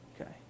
Okay